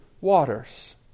waters